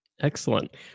Excellent